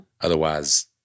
Otherwise